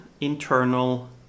internal